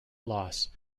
loss